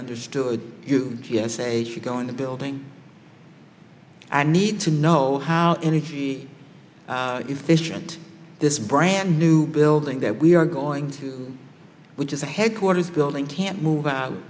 understood you yes a to go in the building i need to know how energy efficient this brand new building that we are going through which is a headquarters building can't move out